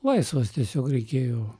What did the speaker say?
laisvas tiesiog reikėjo